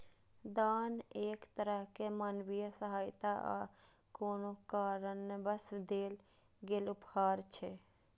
दान एक तरहक मानवीय सहायता आ कोनो कारणवश देल गेल उपहार छियै